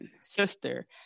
sister